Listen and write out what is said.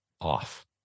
off